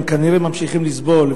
הם כנראה ממשיכים לסבול.